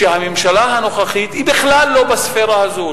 שהממשלה הנוכחית היא בכלל לא בספירה הזו,